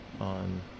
On